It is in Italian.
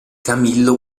camillo